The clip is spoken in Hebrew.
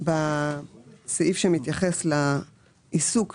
בסעיף שמתייחס לעיסוק,